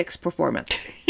performance